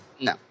No